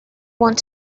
want